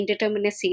indeterminacy